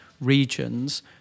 regions